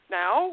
now